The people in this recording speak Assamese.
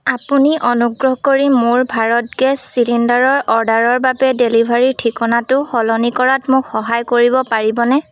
আপুনি অনুগ্ৰহ কৰি মোৰ ভাৰত গেছ চিলিণ্ডাৰৰ অৰ্ডাৰৰ বাবে ডেলিভাৰীৰ ঠিকনাটো সলনি কৰাত মোক সহায় কৰিব পাৰিবনে